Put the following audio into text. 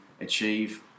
achieve